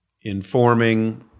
informing